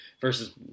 versus